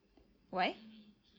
why